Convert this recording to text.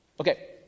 Okay